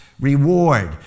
reward